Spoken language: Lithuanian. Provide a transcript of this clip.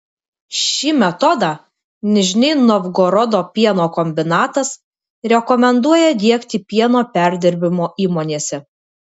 šį metodą nižnij novgorodo pieno kombinatas rekomenduoja diegti pieno perdirbimo įmonėse